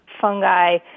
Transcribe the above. fungi